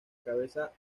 cabeza